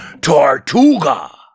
Tortuga